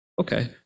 Okay